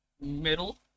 middle